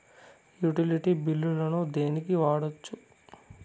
Utility బిల్లులను దేనికి వాడొచ్చు?